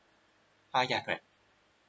uh ya correct